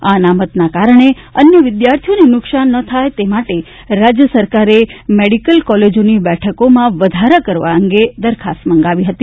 આ અનામતના કારણે અન્ય વિદ્યાર્થીઓને નુકશાન ન થાય તે માટે રાજ્ય સરકારે મેડીકલ કોલેજોની બેઠકોમાં વધારો કરવા અંગે દરખાસ્ત મંગાવી હતી